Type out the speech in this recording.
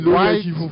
white